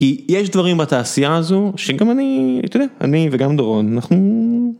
כי יש דברים בתעשייה הזו שגם אני וגם דורון אנחנו.